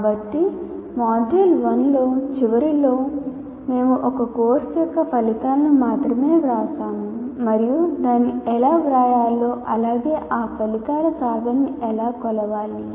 కాబట్టి మాడ్యూల్ 1 చివరిలో మేము ఒక కోర్సు యొక్క ఫలితాలను మాత్రమే వ్రాసాము మరియు దానిని ఎలా వ్రాయాలో అలాగే ఈ ఫలితాల సాధనను ఎలా కొలవాలి